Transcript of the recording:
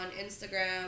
instagram